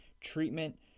treatment